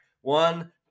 one